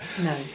No